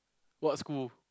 what school